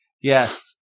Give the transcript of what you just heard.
Yes